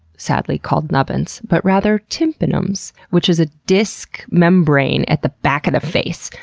sadly, called nubbins, but rather tympanums, which is a disc membrane at the back of the face.